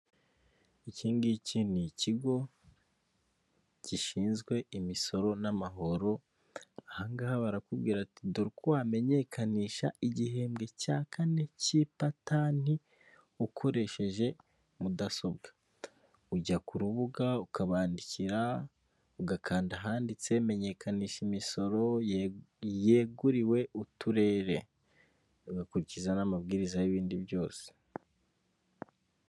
Iki ngiki ni ikigo gishinzwe imisoro n'amahoro, aha ngaha barakubwira ati dore uko wamenyekanisha igihembwe cya kane cy'ipatanti ukoresheje mudasobwa ujya ku rubuga ukabandikira ugakanda ahanditse menyekanisha imisoro yeguriwe uturere ugakurikiza n'amabwiriza y'ibindi byose.